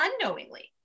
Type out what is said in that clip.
unknowingly